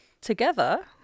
together